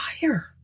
fire